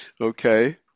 Okay